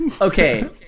Okay